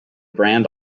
brand